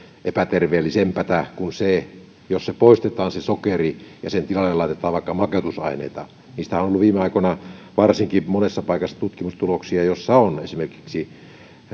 epäterveellisempää kuin se jos se sokeri poistetaan ja sen tilalle laitetaan vaikka makeutusaineita niistähän on ollut varsinkin viime aikoina monessa paikassa tutkimustuloksia joissa on esimerkiksi